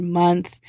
month